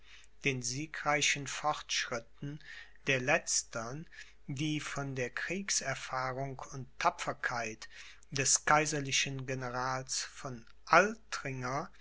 den siegreichen fortschritten der letztern die von der kriegserfahrung und tapferkeit des kaiserlichen generals von altringer